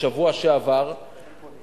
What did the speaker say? בשבוע שעבר,